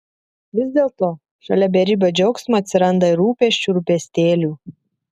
vis dėlto šalia beribio džiaugsmo atsiranda ir rūpesčių rūpestėlių